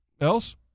else